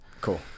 cool